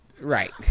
right